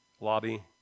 lobby